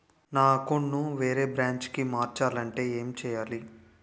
నా అకౌంట్ ను వేరే బ్రాంచ్ కి మార్చాలి అంటే ఎం చేయాలి?